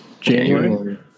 January